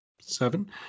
Seven